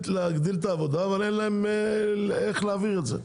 את העבודה אבל אין להם איך להעביר את זה.